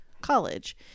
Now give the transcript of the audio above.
college